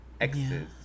X's